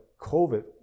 COVID